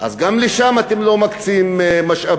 אז גם לשם אתם לא מקצים משאבים.